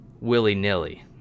willy-nilly